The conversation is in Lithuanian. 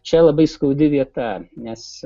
čia labai skaudi vieta nes